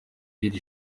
iri